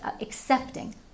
accepting